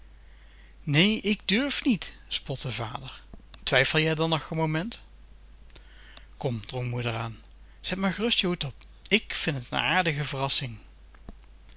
nee ik durf niet spotte vader twijfel jij dan nog n moment kom drong moeder aan zet maar gerust je hoed op ik vin t n ààrdige verrassing